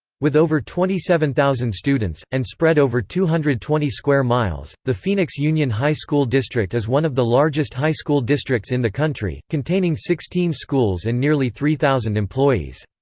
with over twenty seven thousand students, and spread over two hundred and twenty square miles, the phoenix union high school district is one of the largest high school districts in the country, containing sixteen schools and nearly three thousand employees.